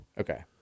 Okay